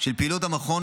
של פעילות המכון,